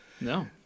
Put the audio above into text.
No